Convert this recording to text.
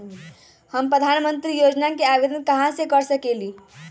हम प्रधानमंत्री योजना के आवेदन कहा से कर सकेली?